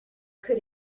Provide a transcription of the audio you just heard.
could